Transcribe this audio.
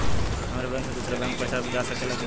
हमारे बैंक से दूसरा बैंक में पैसा जा सकेला की ना?